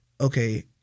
okay